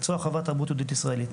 מקצוע חובה תרבות יהודית ישראלית,